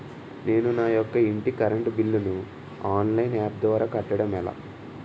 నేను నా యెక్క ఇంటి కరెంట్ బిల్ ను ఆన్లైన్ యాప్ ద్వారా కట్టడం ఎలా?